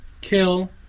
kill